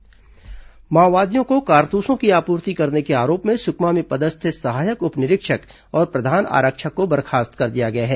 कारतूस सप्लाई बर्खास्त माओवादियों को कारतूसों की आपूर्ति करने के आरोप में सुकमा में पदस्थ सहायक उप निरीक्षक और प्रधान आरक्षक को बर्खास्त कर दिया गया है